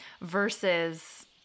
versus